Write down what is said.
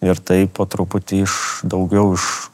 ir taip po truputį iš daugiau už